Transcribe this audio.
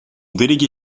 délégué